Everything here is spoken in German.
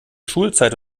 schulzeit